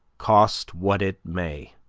cost what it may.